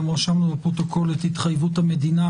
גם רשמנו בפרוטוקול את התחייבות המדינה